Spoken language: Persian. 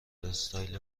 استایل